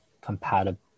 compatible